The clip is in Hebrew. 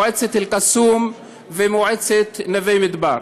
מועצת אל-קסום ומועצת נווה מדבר.